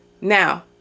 Now